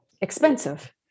expensive